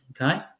okay